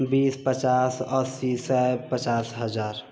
बीस पचास अस्सी सए पचास हजार